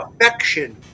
affection